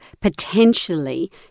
potentially